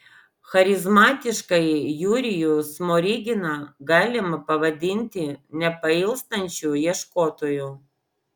charizmatiškąjį jurijų smoriginą galima pavadinti nepailstančiu ieškotoju